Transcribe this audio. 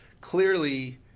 Clearly